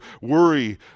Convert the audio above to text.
worry